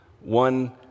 One